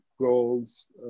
goals